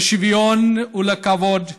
לשוויון ולכבוד,